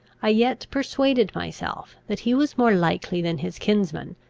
i yet persuaded myself, that he was more likely than his kinsman,